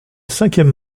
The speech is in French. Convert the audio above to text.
cinquième